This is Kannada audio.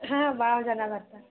ಹಾಂ ಭಾಳ ಜನ ಬರ್ತಾರೆ